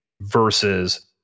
versus